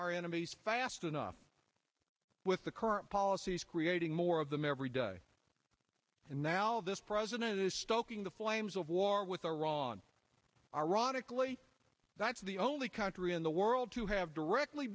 our enemies fast enough with the current policies creating more of them every day and now this president is stoking the flames of war with iran ironically that's the only country in the world to have directly